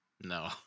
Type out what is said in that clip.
No